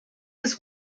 this